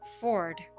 ford